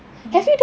!huh!